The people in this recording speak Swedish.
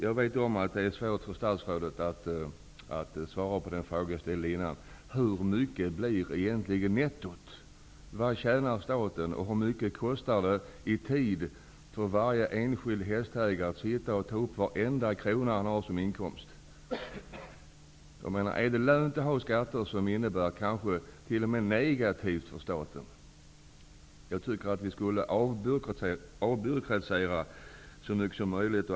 Jag vet att det är svårt för statsrådet att svara på de frågor jag ställde innan: Hur mycket blir egentligen nettot? Vad tjänar staten? Hur mycket kostar det i tid för varje enskild hästägare att ta upp varenda krona han har som inkomst? Är det lönsamt att ha skatter som kanske t.o.m. innebär något negativt för staten? Jag tycker att vi borde avbyråkratisera så mycket som möjligt.